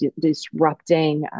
disrupting